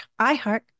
iHeart